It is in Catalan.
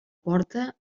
porta